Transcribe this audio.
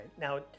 now